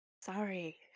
Sorry